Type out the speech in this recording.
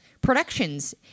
productions